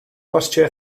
bostio